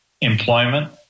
employment